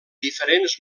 diferents